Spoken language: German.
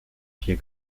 vier